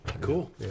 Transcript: Cool